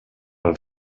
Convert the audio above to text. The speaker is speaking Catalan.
els